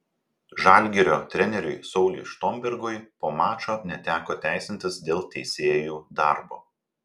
žalgirio treneriui sauliui štombergui po mačo neteko teisintis dėl teisėjų darbo